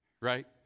Right